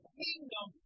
kingdom